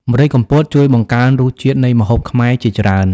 ម្រេចកំពតជួយបង្កើនរសជាតិនៃម្ហូបខ្មែរជាច្រើន។